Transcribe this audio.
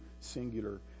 singular